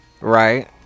right